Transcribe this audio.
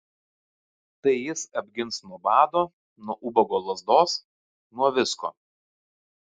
tai jis apgins nuo bado nuo ubago lazdos nuo visko